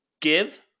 Give